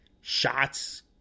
shots